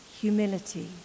humility